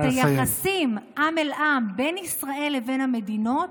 את היחסים, עם אל עם, בין ישראל לבין המדינות,